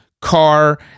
car